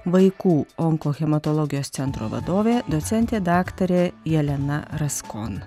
vaikų onkohematologijos centro vadovė docentė daktarė jelena raskon